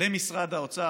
עם משרד האוצר,